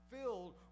filled